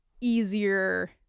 easier